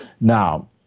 now